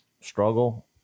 struggle